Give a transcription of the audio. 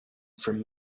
from